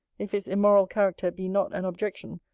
if his immoral character be not an objection,